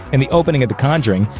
in the opening of the conjuring,